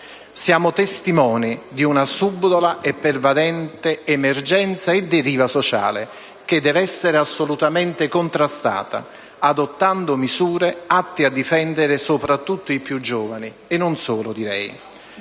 Siamo testimoni di una subdola e pervadente emergenza e deriva sociale, che deve essere assolutamente contrastata, adottando misure atte a difendere soprattutto i più giovani, e non solo loro, direi.